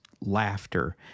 laughter